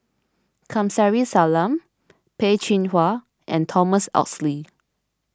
Kamsari Salam Peh Chin Hua and Thomas Oxley